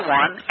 one